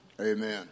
amen